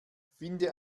finde